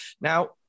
Now